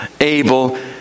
Abel